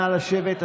נא לשבת.